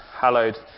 hallowed